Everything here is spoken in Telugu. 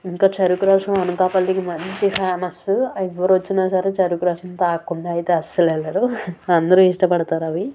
ఇంక చెరుకు రసం అనకాపల్లికి మంచి ఫేమస్ ఎవ్వరొచ్చినా సరే చెరుకు రసం తాగకుండా అయితే అస్సలు వెళ్ళరు అందరూ ఇష్టపడతారు అవి